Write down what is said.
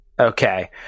Okay